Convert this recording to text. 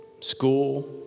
School